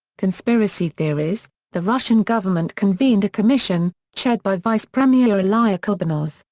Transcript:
conspiracy theories the russian government convened a commission, chaired by vice-premier ilya klebanov,